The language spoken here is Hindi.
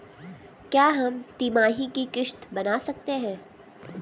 क्या हम तिमाही की किस्त बना सकते हैं?